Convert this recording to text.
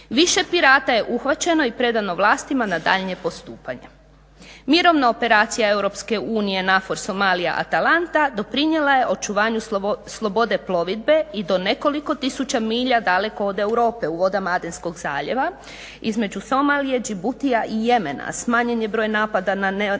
Više pirata je uhvaćeno i predano vlastima na daljnje postupanje. Mirovna operacija EU NAVFOR Somalija-Atalanta doprinijela je očuvanju slobode plovidbe i to nekoliko tisuća milja daleko od Europe u vodama Adenskog zaljeva između Somalije, Đibutija i Jemena, smanjen je broj napada na naoružane